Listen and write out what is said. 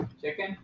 chicken